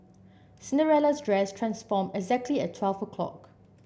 Cinderella's dress transformed exactly at twelve o'clock